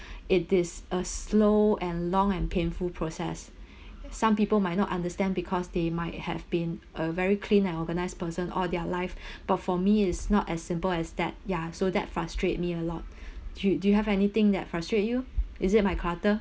it is a slow and long and painful process some people might not understand because they might have been a very clean and organized person all their life but for me it's not as simple as that ya so that frustrate me a lot do do you have anything that frustrate you is it my clutter